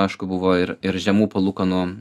aišku buvo ir ir žemų palūkanų